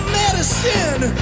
medicine